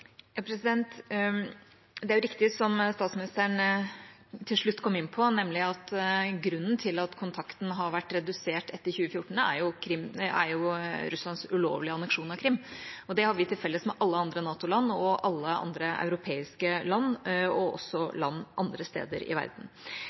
Det er riktig som statsministeren til slutt kom inn på, nemlig at grunnen til at kontakten har vært redusert etter 2014, er Russlands ulovlige anneksjon av Krim. Det har vi til felles med alle andre NATO-land og alle andre europeiske land, og også